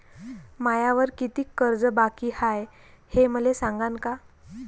मायावर कितीक कर्ज बाकी हाय, हे मले सांगान का?